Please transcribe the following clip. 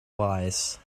wise